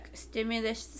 stimulus